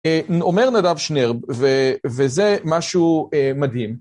אומר נדב שנרב, וזה משהו מדהים.